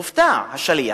הופתע, השליח.